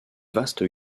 vaste